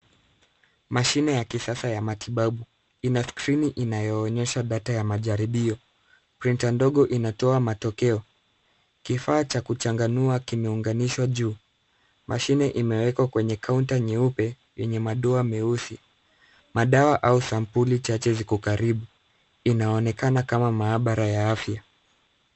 Mashine ya kisasa ya matibabu, ina skrini inayoonyesha data ya majaribio, printa ndogo inatoa matokeo. Kifaa cha kuchanganua kimeunganishwa juu, mashine imewekwa kwenye kaunta nyeupe yenye madoa meusi. Madawa au sampuli chache ziko karibu, inaonekana kama maabara ya afya.